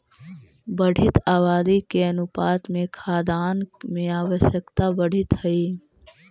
बढ़ीत आबादी के अनुपात में खाद्यान्न के आवश्यकता बढ़ीत हई